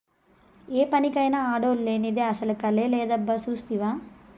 ఏ పనికైనా ఆడోల్లు లేనిదే అసల కళే లేదబ్బా సూస్తివా